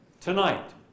Tonight